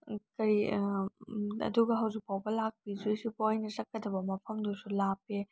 ꯀꯔꯤ ꯑꯗꯨꯒ ꯍꯧꯖꯤꯛꯐꯥꯎꯕ ꯂꯥꯛꯄꯤꯗ꯭ꯔꯤꯁꯤꯕꯣ ꯑꯩꯅ ꯆꯠꯀꯗꯕ ꯃꯐꯝꯗꯨꯁꯨ ꯂꯥꯞꯄꯦ